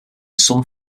some